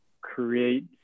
create